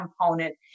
component